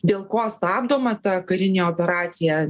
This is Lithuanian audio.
dėl ko stabdoma ta karinė operacija